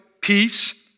peace